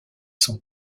son